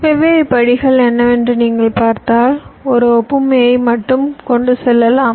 வெவ்வேறு படிகள் என்னவென்று நீங்கள் பார்த்தால் ஒரு ஒப்புமையை மட்டும் கொண்டு சொல்லலாம்